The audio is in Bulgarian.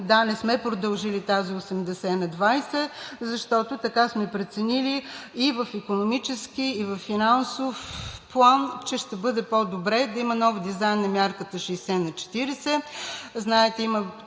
да, не сме продължили тази 80/20, защото така сме преценили и в икономически, и във финансов план, че ще бъде по-добре да има нов дизайн на мярката 60/40. Знаете, сега